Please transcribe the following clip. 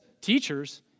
teachers